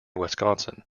wisconsin